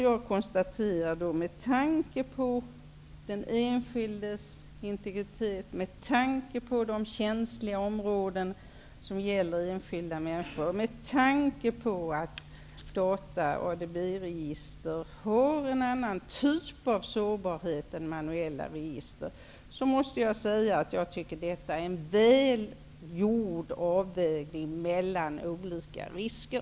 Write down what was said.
Med tanke på den enskildes integritet, de känsliga områden som gäller enskilda människor och att ADB-register har en annan typ av sårbarhet än manuella register, måste jag säga att jag tycker att detta är en väl gjord avvägning mellan olika risker.